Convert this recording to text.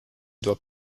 doit